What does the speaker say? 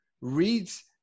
reads